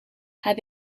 have